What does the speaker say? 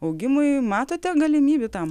augimui matote galimybių tam